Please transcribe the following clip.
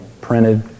printed